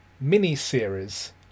mini-series